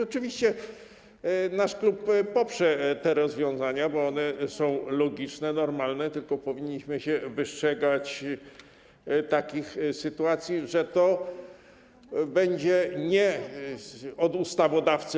Oczywiście nasz klub poprze te rozwiązania, bo one są logiczne, normalne, tylko powinniśmy się wystrzegać takich sytuacji, że to wychodzi nie od ustawodawcy.